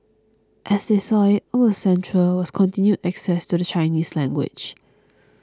as they saw it what was central was continued access to the Chinese language